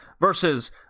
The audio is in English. versus